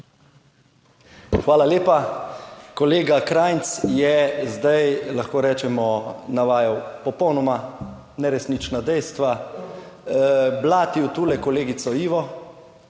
Hvala lepa. Kolega Krajnc je, zdaj lahko rečemo, navajal popolnoma neresnična dejstva, blatil tule kolegico Ivo,